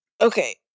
Okay